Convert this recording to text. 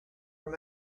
were